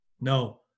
no